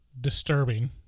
disturbing